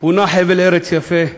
פונה חבל ארץ יפה,